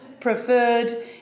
preferred